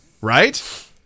right